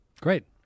Great